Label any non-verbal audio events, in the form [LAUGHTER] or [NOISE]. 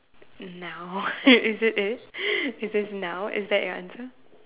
now [LAUGHS] is it is it says now is that your answer